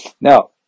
Now